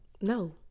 no